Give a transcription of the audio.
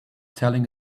telling